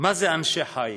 מה זה אנשי חיל?